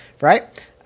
right